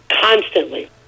constantly